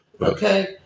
Okay